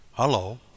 hello